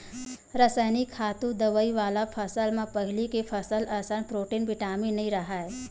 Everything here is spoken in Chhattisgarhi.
रसइनिक खातू, दवई वाला फसल म पहिली के फसल असन प्रोटीन, बिटामिन नइ राहय